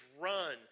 run